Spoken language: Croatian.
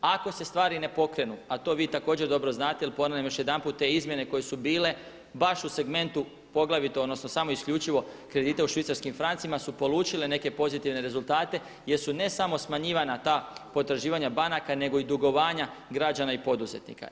Ako se stvari ne pokrenu, a to vi također dobro znate jer ponavljam još jedanput, te izmjene koje su bile, baš u segmentu poglavito, odnosno samo isključivo kredite u švicarskim francima su polučile neke pozitivne rezultate jer su ne samo smanjivanja ta potraživanja banaka nego i dugovanja građana i poduzetnika.